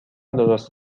درست